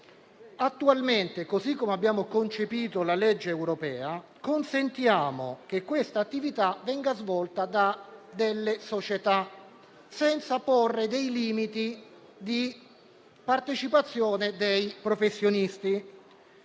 Attualmente, per come abbiamo concepito la norma europea, consentiamo che questa attività venga svolta da società, senza porre limiti di partecipazione dei professionisti.